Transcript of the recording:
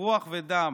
ברוח ודם